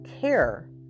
care